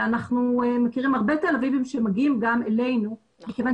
אנחנו מכירים הרבה תל אביבים שמגיעים גם אלינו מכיוון